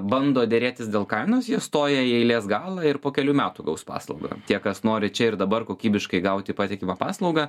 bando derėtis dėl kainos jie stoja į eilės galą ir po kelių metų gaus paslaugą tie kas nori čia ir dabar kokybiškai gauti patikimą paslaugą